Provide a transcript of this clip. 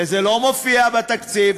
וזה לא מופיע בתקציב,